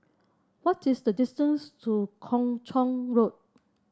what is the distance to Kung Chong Road